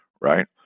right